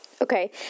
okay